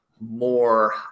more